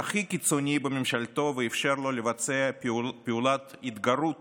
הכי קיצוני בממשלתו ואפשר לו לבצע פעולת התגרות